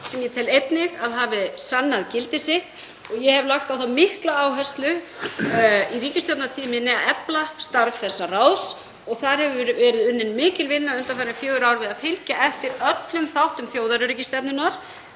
sem ég tel einnig að hafi sannað gildi sitt. Ég hef lagt á það mikla áherslu í ríkisstjórnartíð minni að efla starf þessa ráðs og þar hefur verið unnin mikil vinna undanfarin fjögur ár við að fylgja eftir öllum þáttum þjóðaröryggisstefnunnar.